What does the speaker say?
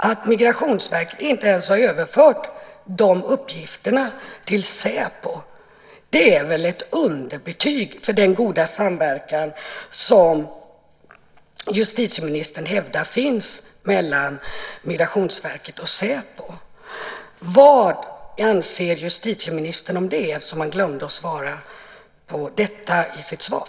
Att Migrationsverket inte ens har överlämnat dessa uppgifter till Säpo är väl ett underbetyg på den goda samverkan som justitieministern hävdar finns mellan Migrationsverket och Säpo. Vad anser justitieministern om det, som han glömde att svara på i sitt interpellationssvar?